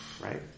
right